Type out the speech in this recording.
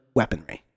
weaponry